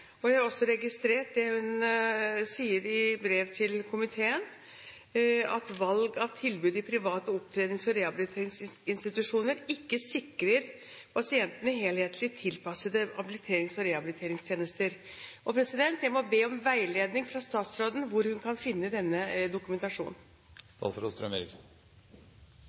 og jeg har også registrert det hun sier i brev til komiteen, at valg av tilbud i private opptrenings- og rehabiliteringsinstitusjoner ikke sikrer pasientene helhetlige og tilpassede habiliterings- og rehabiliteringstjenester. Jeg må be om veiledning fra statsråden om hvor hun kan finne denne dokumentasjonen.